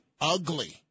ugly